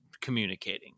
communicating